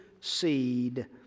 seed